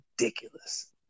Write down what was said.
ridiculous